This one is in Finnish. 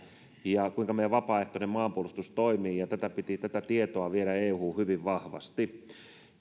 ja kuinka meidän vapaaehtoinen maanpuolustuksemme toimii ja tätä tietoa piti viedä euhun hyvin vahvasti